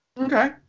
Okay